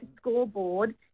scoreboard